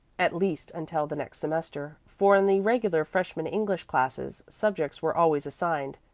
at least until the next semester for in the regular freshman english classes, subjects were always assigned.